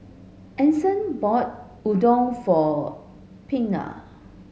Ason bought Udon for Pinkney